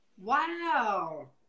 Wow